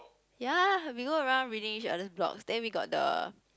ya lah we go around reading each other blog then we got the